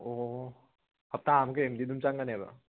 ꯑꯣ ꯑꯣ ꯍꯞꯇꯥ ꯑꯃ ꯀꯩꯃꯗꯤ ꯑꯗꯨꯝ ꯆꯪꯉꯅꯦꯕ